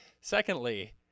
Secondly